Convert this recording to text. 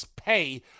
pay